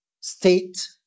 state